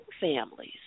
families